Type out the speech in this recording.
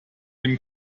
dem